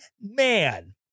man